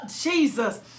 Jesus